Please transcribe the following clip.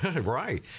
right